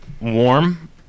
Warm